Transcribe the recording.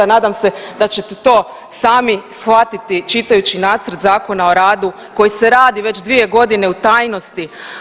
Nadam se da ćete to sami shvatiti čitajući nacrt Zakona o radu koji se radi već 2 godine u tajnosti.